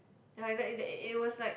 ya like it it was like